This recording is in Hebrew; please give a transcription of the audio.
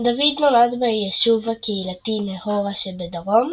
דוד נולד ביישוב הקהילתי נהורה שבדרום.